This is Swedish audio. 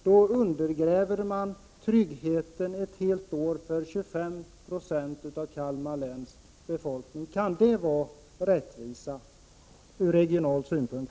Därmed undergrävs tryggheten under ett helt år för 25 Jo av Kalmar läns befolkning. Kan det vara rättvisa från regional synpunkt?